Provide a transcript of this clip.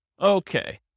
Okay